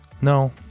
No